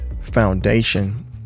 foundation